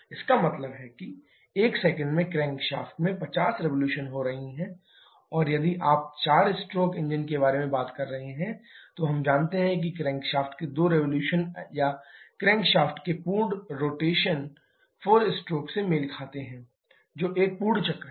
इसका मतलब है कि एक सेकंड में क्रैंकशाफ्ट में 50 रिवोल्यूशन हो रही है और यदि आप चार स्ट्रोक इंजन के बारे में बात कर रहे हैं तो हम जानते हैं कि क्रैंक शाफ्ट के दो रिवोल्यूशन या क्रैंकशाफ्ट के पूर्ण रोटेशन 4 स्ट्रोक से मेल खाते हैं जो एक पूर्ण चक्र है